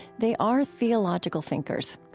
they are theological thinkers.